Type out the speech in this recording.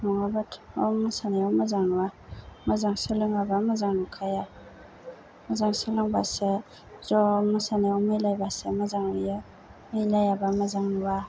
नङाबाथ' मोसानायाव मोजां नुवा मोजां सोलोङाबा मोजां नुखाया मोजां सोलोंबासो ज' मोसानायाव मिलायबासो मोजां नुयो मिलायाबा मोजां नुवा